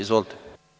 Izvolite.